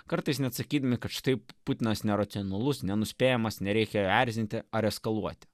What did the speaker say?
kartais net sakydami kad taip putinas neracionalus nenuspėjamas nereikia erzinti ar eskaluoti